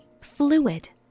Fluid